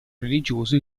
religioso